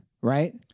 right